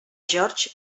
george